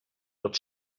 wird